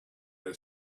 are